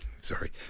Sorry